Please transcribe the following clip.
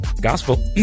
gospel